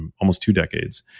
and almost two decades.